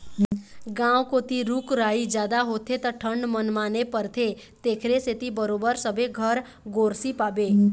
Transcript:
गाँव कोती रूख राई जादा होथे त ठंड मनमाने परथे तेखरे सेती बरोबर सबे घर गोरसी पाबे